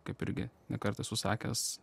kaip irgi ne kartą esu sakęs